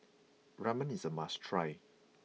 Ramen is a must try